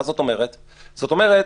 זאת אומרת,